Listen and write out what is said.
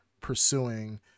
pursuing